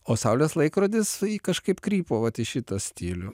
o saulės laikrodis kažkaip krypo vat į šitą stilių